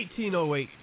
1808